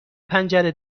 پنجره